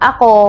Ako